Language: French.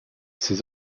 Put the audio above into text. ces